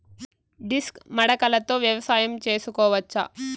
Disc మడకలతో వ్యవసాయం చేసుకోవచ్చా??